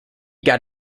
got